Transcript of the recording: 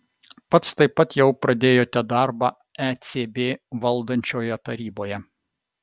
pats taip pat jau pradėjote darbą ecb valdančioje taryboje